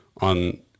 on